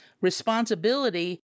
responsibility